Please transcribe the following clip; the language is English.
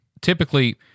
typically